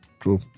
true